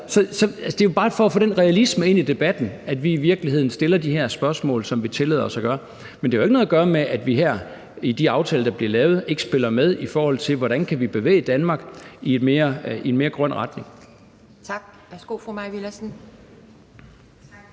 det er bare for at få den realisme ind i debatten, at vi i virkeligheden stiller de her spørgsmål, som vi tillader os at gøre. Men det har jo ikke noget at gøre med, at vi i de aftaler, der bliver lavet, ikke spiller med, i forhold til hvordan vi kan bevæge Danmark i en mere grøn retning. Kl. 11:55 Anden